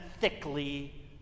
thickly